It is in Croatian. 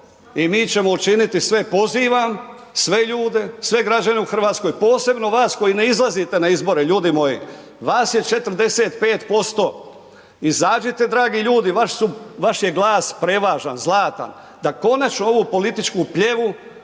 I mi ćemo učiniti sve, pozivam sve ljude, sve građane u Hrvatskoj posebno vas koji ne izlazite na izbore ljudi moji, vas je 45%, izađite dragi ljudi, vaši su, vaš je glas prevažan, zlatan, da konačno ovu politiku pljevi